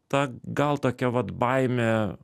ta gal tokia vat baimė